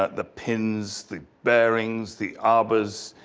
ah the pins, the bearings the arbors,